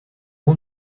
bon